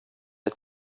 ett